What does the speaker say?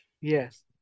Yes